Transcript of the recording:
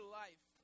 life